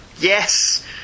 Yes